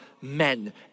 men